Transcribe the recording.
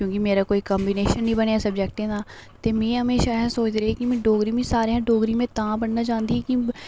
क्योंकि मेरा कोई कम्बीनेशन नेईं बनेआ सब्जैक्टें दा ते मी हमेशा एह् सोचदी रेही कि में डोगरी मिगी सारें शा डोगरी मीं तां पढ़ना चाह्ंदी ही कि